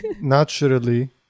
naturally